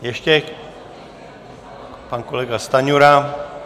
Ještě pan kolega Stanjura.